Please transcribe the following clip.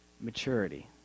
Maturity